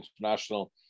international